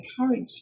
encourage